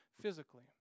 physically